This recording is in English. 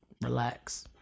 Relax